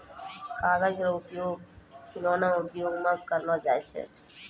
कागज केरो उपयोग खिलौना उद्योग म करलो जाय छै